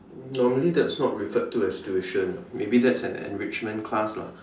normally that's not referred to as tuition maybe that's an enrichment class lah